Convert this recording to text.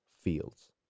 fields